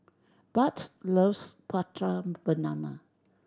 Bart loves Prata Banana